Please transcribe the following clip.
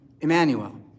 Emmanuel